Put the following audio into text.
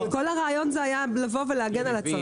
כל הרעיון היה להגן על הצרכן.